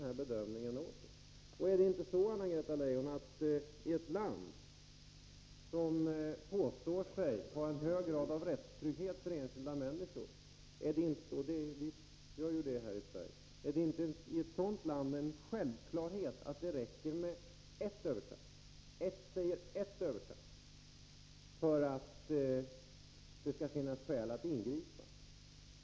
Är det inte, Anna-Greta Leijon, i ett land där vi påstår oss ha en hög grad av rättstrygghet för enskilda människor — och vi gör ju det här i Sverige — en självklarhet att det räcker med ett övertramp — jag säger ett övertramp — för att det skall finnas skäl att ingripa?